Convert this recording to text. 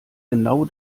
genau